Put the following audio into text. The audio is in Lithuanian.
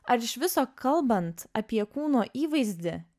ar iš viso kalbant apie kūno įvaizdį